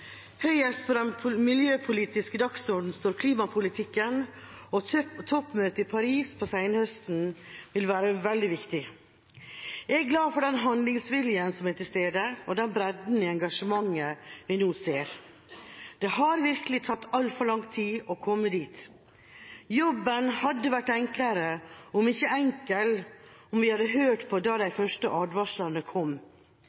Høyest på den miljøpolitiske dagsordenen står klimapolitikken, og toppmøtet i Paris på senhøsten vil være veldig viktig. Jeg er glad for den handlingsviljen som er til stede, og den bredden i engasjementet vi nå ser. Det har virkelig tatt altfor lang tid å komme dit. Jobben hadde vært enklere, om ikke enkel, om vi hadde hørt på da de første advarslene kom.